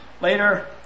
Later